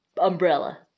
umbrella